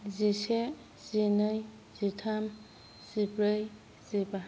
जिसे जिनै जिथाम जिब्रै जिबा